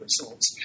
results